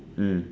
mm